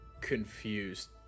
confused